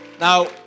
Now